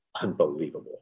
unbelievable